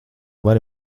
vari